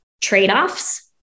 trade-offs